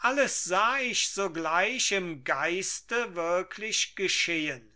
alles sah ich sogleich im geiste wirklich geschehen